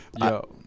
Yo